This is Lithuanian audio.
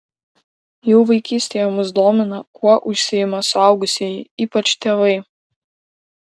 jau vaikystėje mus domina kuo užsiima suaugusieji ypač tėvai